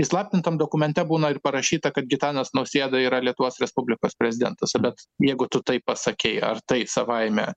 įslaptintam dokumente būna ir parašyta kad gitanas nausėda yra lietuvos respublikos prezidentas bet jeigu tu taip pasakei ar tai savaime